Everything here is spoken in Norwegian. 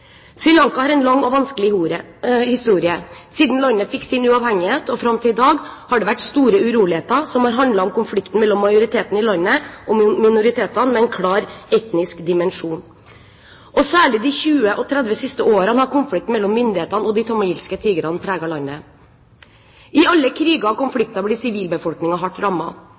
har en lang og vanskelig historie. Siden landet fikk sin uavhengighet og fram til i dag, har det vært store uroligheter som har handlet om konflikten mellom majoriteten i landet og minoritetene, med en klar etnisk dimensjon. Særlig de 20–30 siste årene har konflikten mellom myndighetene og de tamiliske tigrene preget landet. I alle kriger og konflikter blir sivilbefolkningen hardt